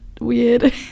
weird